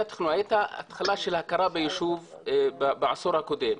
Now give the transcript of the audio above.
הייתה התחלה של הכרה בישוב בעשור הקודם,